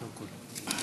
חוק ומשפט נתקבלה.